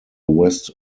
west